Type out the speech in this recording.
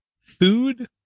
Food